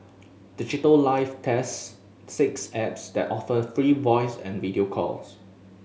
Digital Life tests six apps that offer free voice and video calls